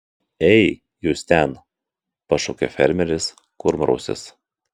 ei jūs ten pašaukė fermeris kurmrausis